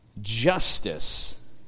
justice